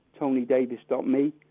tonydavis.me